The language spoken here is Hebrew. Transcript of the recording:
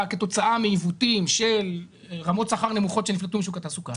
כתוצאה מעיוותים של רמות שכר נמוכות שנפלטו משוק התעסוקה,